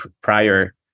prior